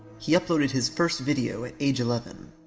he uploaded his first video at age eleven.